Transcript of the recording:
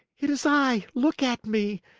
it is i! look at me!